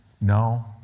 no